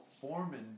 foreman